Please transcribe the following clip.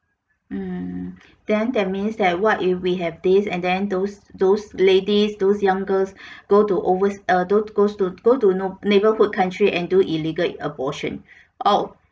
mm then that means that what if we have this and then those those ladies those young girls go to always err goes to go to you know neighborhood country and do illegal abortion oh